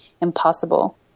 impossible